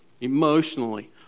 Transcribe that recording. emotionally